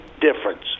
difference